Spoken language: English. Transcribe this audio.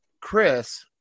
Chris